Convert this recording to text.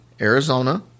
Arizona